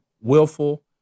willful